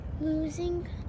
losing